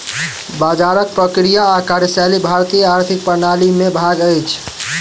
बजारक प्रक्रिया आ कार्यशैली भारतीय आर्थिक प्रणाली के भाग अछि